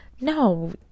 no